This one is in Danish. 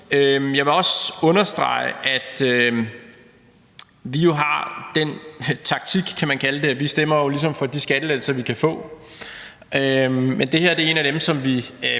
Jeg vil også understrege, at vi jo har den taktik, kan man kalde det, at vi ligesom stemmer for de skattelettelser, vi kan få. Men det her er en af dem, som vi